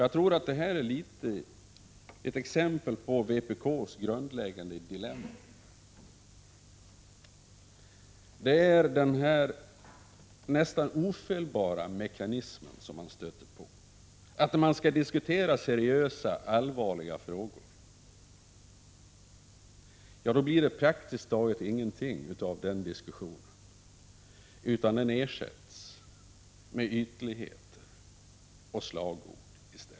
Jag tror att det här är ett exempel på vpk:s grundläggande dilemma. Det är den här nästan ofelbara mekanismen som gör att det när man skall diskutera allvarliga frågor blir praktiskt taget ingenting av den diskussionen, utan den ersätts med ytligheter och slagord.